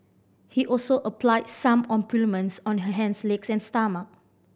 he also applied some on her hands legs and stomach